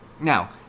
Now